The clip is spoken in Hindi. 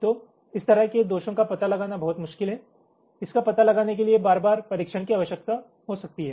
तो इस तरह के दोषों का पता लगाना बहुत मुश्किल है इसका पता लगाने के लिए बार बार परीक्षण की आवश्यकता हो सकती है